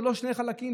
זה לא שני חלקים,